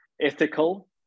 ethical